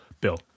bill